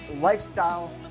lifestyle